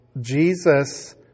Jesus